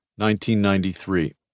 1993